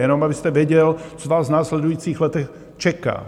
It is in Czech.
Jenom abyste věděl, co vás v následujících letech čeká.